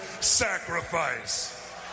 sacrifice